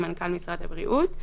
עם מנכ"ל משרד הבריאות.